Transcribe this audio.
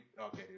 okay